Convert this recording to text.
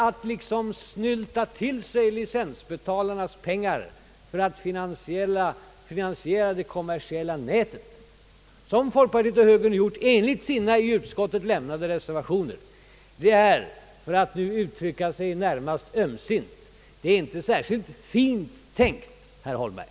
Att snylta till sig licensbetalarnas pengar för att finansiera det kommersiella nätet, som folkpartiet och högern gjort enligt sina i utskottet lämnade reservationer, det är — för att nu uttrycka sig närmast ömsint — inte särskilt fint tänkt, herr Holmberg.